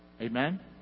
Amen